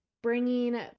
bringing